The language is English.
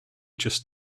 just